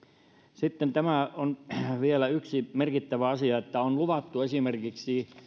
sitten vielä yksi merkittävä asia on tämä että on luvattu esimerkiksi